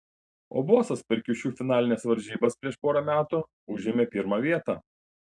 o bosas per kiušiu finalines varžybas prieš porą metų užėmė pirmą vietą